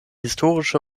historische